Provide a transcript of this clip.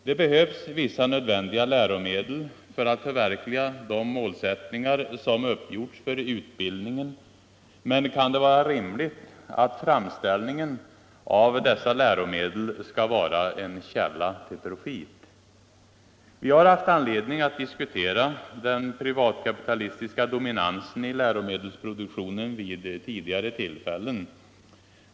Det behövs vissa läromedel för att förverkliga de målsättningar som uppgjorts för utbildningen. Men kan det vara rimligt att framställningen av dessa läromedel skall vara en källa till profit? Vi har haft anledning att vid tidigare tillfällen diskutera den privatkapitalistiska dominansen i läromedelsproduktionen.